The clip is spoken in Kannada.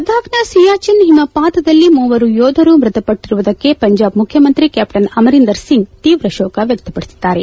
ಲಡಾಖ್ನ ಸಿಯಾಚನ್ ಹಿಮಪಾತದಲ್ಲಿ ಮೂವರು ಯೋಧರು ಮೃತಪಟ್ಟರುವುದಕ್ಕೆ ಪಂಜಾಬ್ ಮುಖ್ಯಮಂತ್ರಿ ಕ್ಯಾಪ್ಟನ್ ಅಮರೀಂದ್ರ ಸಿಂಗ್ ತೀವ್ರ ಶೋಕ ವ್ಚಕ್ತಪಡಿಸಿದ್ದಾರೆ